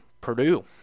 Purdue